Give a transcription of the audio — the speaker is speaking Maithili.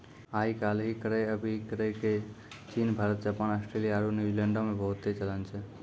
आइ काल्हि क्रय अभिक्रय के चीन, भारत, जापान, आस्ट्रेलिया आरु न्यूजीलैंडो मे बहुते चलन छै